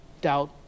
Doubt